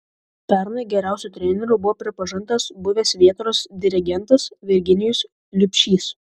pernai geriausiu treneriu buvo pripažintas buvęs vėtros dirigentas virginijus liubšys